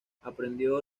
aprendió